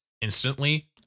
instantly